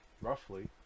roughly